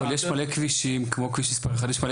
אבל יש מלא כבישים כמו כביש מספר 1. יש מלא